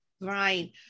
Right